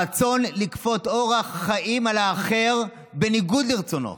הרצון לכפות אורח חיים על האחר בניגוד לרצונו,